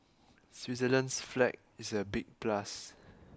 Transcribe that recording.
Switzerland's flag is a big plus